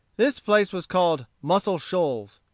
this place was called muscle shoals.